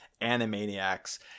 Animaniacs